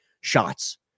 shots